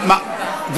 הוא לא הספיק להגיע.